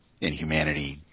inhumanity